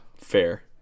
Fair